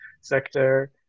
sector